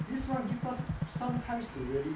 this will give us some times to really